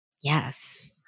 Yes